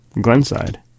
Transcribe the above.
Glenside